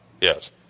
yes